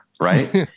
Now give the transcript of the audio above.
right